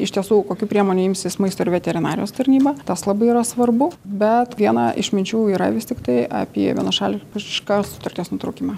iš tiesų kokių priemonių imsis maisto ir veterinarijos tarnyba tas labai yra svarbu bet vieną iš minčių yra vis tiktai apie vienašališką sutarties nutraukimą